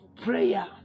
prayer